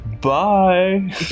Bye